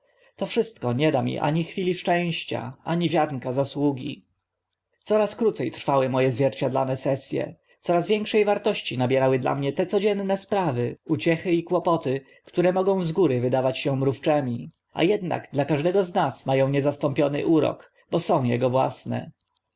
to wszystko nie da mi ani chwili szczęścia ani ziarnka zasługi coraz króce trwały mo e zwierciadlane ses e coraz większe wartości nabierały dla mnie te codzienne sprawy uciechy i kłopoty które mogą z góry wydawać się mrówczymi a ednak dla każdego z nas ma ą niezastąpiony urok bo są ego własne